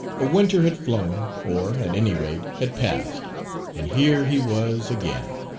a winter had flown or, at any rate, had passed and here he was again.